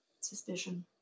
Suspicion